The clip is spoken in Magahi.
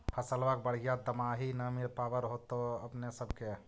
फसलबा के बढ़िया दमाहि न मिल पाबर होतो अपने सब के?